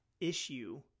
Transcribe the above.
issue